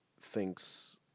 thinks